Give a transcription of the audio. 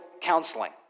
counseling